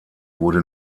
wurde